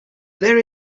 there